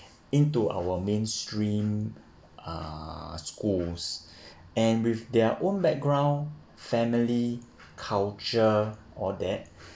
into our mainstream uh schools and with their own background family culture all that